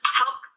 help